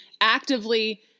actively –